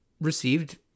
received